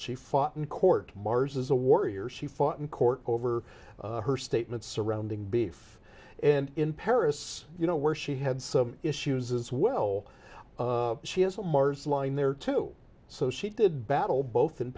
she fought in court mars as a warrior she fought in court over her statements surrounding beef and in paris you know where she had some issues as well she has a mars line there too so she did battle both in